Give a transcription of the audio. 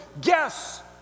guess